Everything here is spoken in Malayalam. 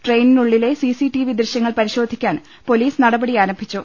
ട്രെയി നിനുളളിലെ സി സി ടി വി ദൃശ്യങ്ങൾ പരിശോധിക്കാൻ പൊലീസ് നടപടിയാരംഭിച്ചു